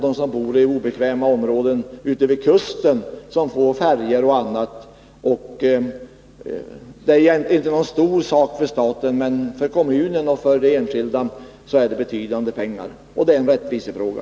De som bor obekvämt i områden ute vid kusten får färjor och annat. Detta är egentligen inte någon stor sak för staten, men för kommunerna och de enskilda gäller det betydande pengar. Det är dessutom en rättvisefråga.